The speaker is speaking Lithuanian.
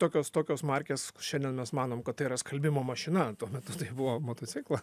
tokios tokios markės šiandien mes manom kad tai yra skalbimo mašina tuo metu tai buvo motociklas